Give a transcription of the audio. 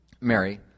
Mary